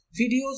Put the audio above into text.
videos